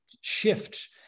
shift